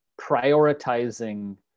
prioritizing